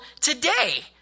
today